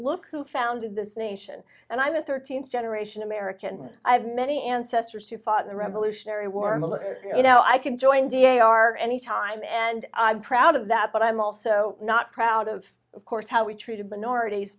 look who founded this nation and i'm a thirteen generation american i have many ancestors who fought in the revolutionary war and you know i could join da r anytime and proud of that but i'm also not proud of of course how we treated minorities